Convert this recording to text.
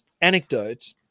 anecdote